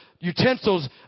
utensils